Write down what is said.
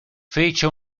fece